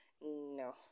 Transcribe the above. no